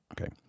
Okay